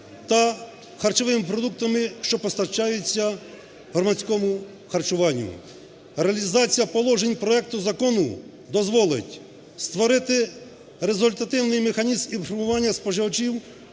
та харчовими продуктами, що постачаються громадському харчуванню. Реалізація положень проекту закону дозволить створити результативний механізм інформування споживачів